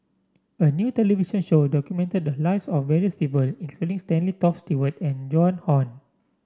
a new television show documented the lives of various people including Stanley Toft Stewart and Joan Hon